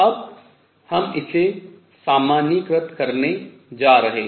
अब हम इसे सामान्यीकृत करने जा रहे हैं